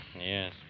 Yes